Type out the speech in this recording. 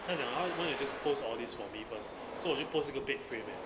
她讲 ah why don't you post all these for me first so 我就 post 一个 bed frame eh